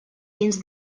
dins